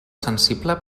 sensible